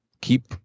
keep